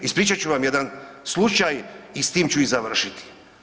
Ispričat ću vam jedan slučaj i s tim ću i završiti.